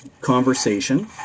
conversation